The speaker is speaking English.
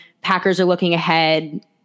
Packers-are-looking-ahead